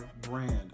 brand